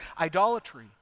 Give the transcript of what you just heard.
idolatry